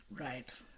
Right